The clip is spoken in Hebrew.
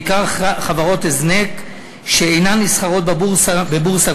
בעיקר חברות הזנק שאינן נסחרות בבורסה